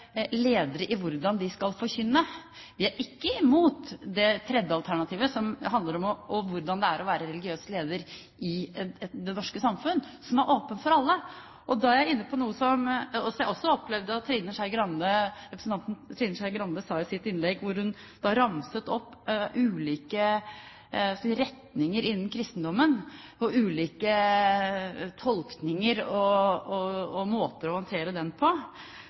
ledere i hvordan de skal forkynne. Vi er ikke imot det tredje alternativet, kurset som handler om hvordan det er å være religiøs leder i det norske samfunn, som er åpent for alle. Da er jeg inne på noe representanten Trine Skei Grande sa i sitt treminuttersinnlegg. Der ramset hun opp ulike retninger innenfor kristendommen og ulike tolkninger og måter å håndtere dem på.